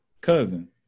cousin